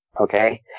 Okay